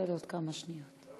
תקבל עוד כמה שניות.